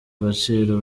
agaciro